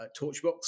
Torchbox